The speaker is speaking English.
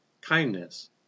kindness